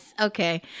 Okay